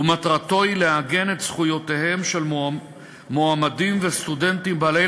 ומטרתו היא לעגן את זכויותיהם של מועמדים וסטודנטים בעלי